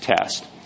test